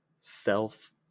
self